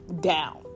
down